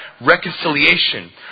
reconciliation